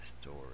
story